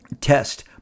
test